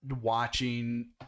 watching